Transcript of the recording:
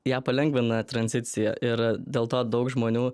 ją palengvina tranzicija ir dėl to daug žmonių